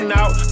out